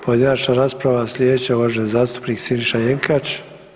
Pojedinačna rasprava slijedeća, uvaženi zastupnik Siniša Jenkač.